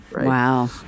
Wow